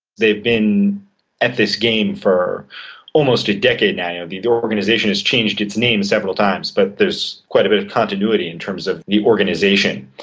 they've been at this game for almost a decade now. the the organisation has changed its name several times but there's quite a bit of continuity in terms of the organisation.